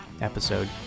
episode